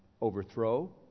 overthrow